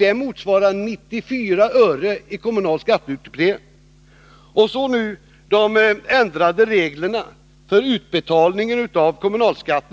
Det motsvarar 94 öre i kommunal skatteutdebitering.